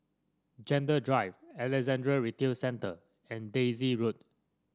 Gentle Drive Alexandra Retail Centre and Daisy Road